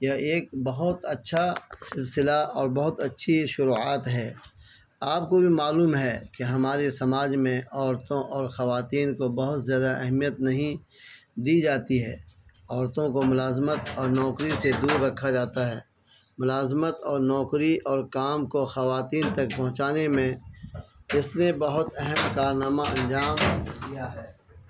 یہ ایک بہت اچھا سلسلہ اور بہت اچھی شروعات ہے آپ کو بھی معلوم ہے کہ ہمارے سماج میں عورتوں اور خواتین کو بہت زیادہ اہمیت نہیں دی جاتی ہے عورتوں کو ملازمت اور نوکری سے دور رکھا جاتا ہے ملازمت اور نوکری اور کام کو خواتین تک پہنچانے میں اس نے بہت اہم کارنامہ انجام دیا